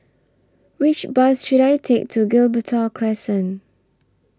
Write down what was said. Which Bus should I Take to Gibraltar Crescent